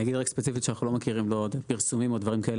נגיד רק ספציפית שאנחנו לא מכירים פרסומים או דברים כאלה.